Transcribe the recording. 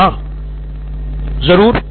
professor ज़रूर